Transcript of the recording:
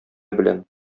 белән